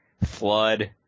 Flood